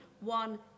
one